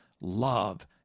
love